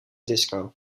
disco